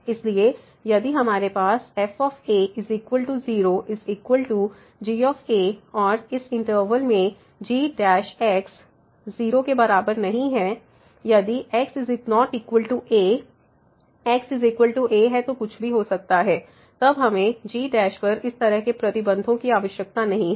इसलिए यदि हमारे पास f a 0g और इस इंटरवल में gx≠0 है यदि x≠a xa है तो कुछ भी हो सकता है तब हमें gपर इस तरह के प्रतिबंधों की आवश्यकता नहीं है